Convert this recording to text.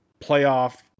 playoff